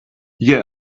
yeah